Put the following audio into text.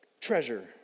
treasure